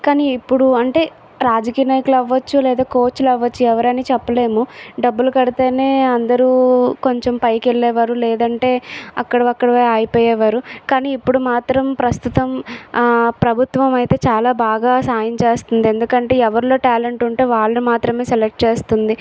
కానీ ఇప్పుడు అంటే రాజకీయ నాయకులు అవ్వచ్చు లేదా కోచ్లు అవ్వచ్చు ఎవరని చెప్పలేము డబ్బులు కడితే అందరు కొంచెం పైకి వెళ్ళేవారు లేదంటే అక్కడ అక్కడే ఆగి పోయేవారు కానీ ఇప్పుడు మాత్రం ప్రస్తుతం ప్రభుత్వం అయితే చాలా బాగా సాయం చేస్తుంది ఎందుకంటే ఎవరిలో టాలెంట్ ఉంటే వాళ్ళు మాత్రమే సెలెక్ట్ చేస్తుంది